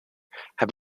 have